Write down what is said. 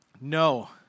no